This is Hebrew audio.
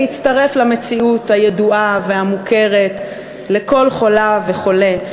היא האם להצטרף למציאות הידועה והמוכרת לכל חולה וחולה,